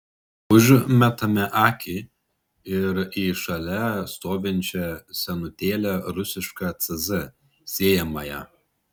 užmetame akį ir į šalia stovinčią senutėlę rusišką cz sėjamąją